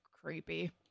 creepy